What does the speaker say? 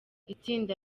itsinda